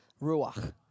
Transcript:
ruach